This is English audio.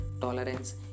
tolerance